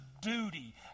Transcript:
duty